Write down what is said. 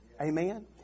Amen